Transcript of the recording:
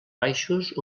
baixos